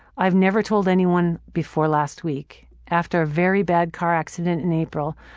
i've never told anyone before last week. after a very bad car accident in april,